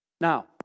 Now